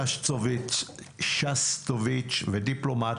שסטוביץ ודיפלומט